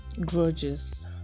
grudges